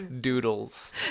doodles